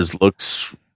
looks